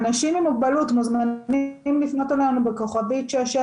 אנשים עם מוגבלות מוזמנים לפנות אלינו ב-*6763,